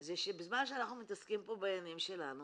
זה שבזמן שאנחנו מתעסקים פה בעניינים שלנו,